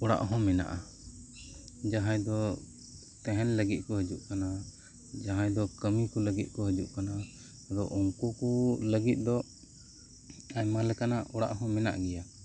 ᱚᱲᱟᱜ ᱦᱚᱸ ᱢᱮᱱᱟᱜᱼᱟ ᱡᱟᱦᱟᱸᱭ ᱫᱚ ᱛᱟᱦᱮᱱ ᱞᱟᱹᱜᱤᱫ ᱠᱚ ᱦᱤᱡᱩᱜ ᱠᱟᱱᱟ ᱡᱟᱦᱟᱸᱭ ᱫᱚ ᱠᱟᱹᱢᱤ ᱠᱚ ᱞᱟᱹᱜᱤᱫ ᱠᱚ ᱦᱤᱡᱩᱜ ᱠᱟᱱᱟ ᱟᱫᱚ ᱩᱱᱠᱩ ᱠᱚ ᱞᱟᱹᱜᱤᱫ ᱫᱚ ᱟᱭᱢᱟ ᱞᱮᱠᱟᱱᱟᱜ ᱚᱲᱟᱜ ᱦᱚᱸ ᱢᱮᱱᱟᱜ ᱜᱮᱭᱟ